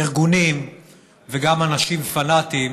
ארגונים וגם אנשים פנאטיים,